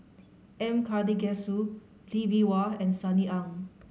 M Karthigesu Lee Bee Wah and Sunny Ang